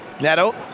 Neto